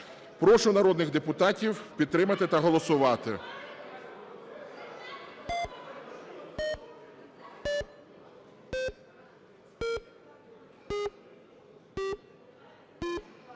Прошу народних депутатів підтримати та голосувати.